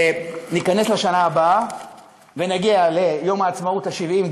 ניכנס לשנה הבאה ונגיע ליום העצמאות 70,